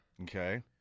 Okay